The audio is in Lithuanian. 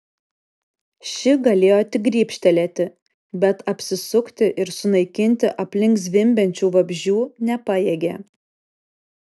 ši galėjo tik grybštelėti bet apsisukti ir sunaikinti aplink zvimbiančių vabzdžių nepajėgė